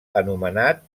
anomenat